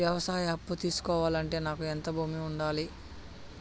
వ్యవసాయ అప్పు తీసుకోవాలంటే నాకు ఎంత భూమి ఉండాలి?